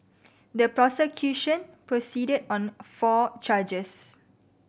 the prosecution proceeded on four charges